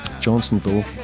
Johnsonville